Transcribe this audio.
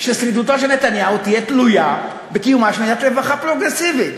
ששרידותו של נתניהו תהיה תלויה בקיומה של מדינת רווחה פרוגרסיבית.